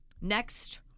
Next